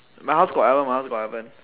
my house got oven my house got oven